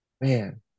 Man